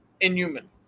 inhuman